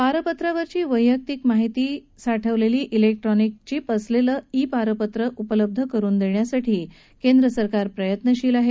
पारपात्रावरची वैयक्तीक माहिती साठवलेली इलेक्ट्रॉनिक चीप असलेले ई पारपत्र उपलब्ध करुन देण्यासाठी केंद्र सरकार प्रयत्नशील आहे